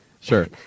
Sure